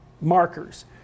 markers